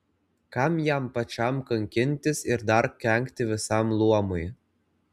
kam jam pačiam kankintis ir dar kenkti visam luomui